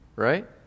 right